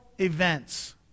events